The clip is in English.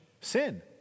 sin